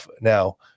Now